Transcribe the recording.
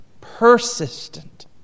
persistent